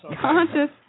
conscious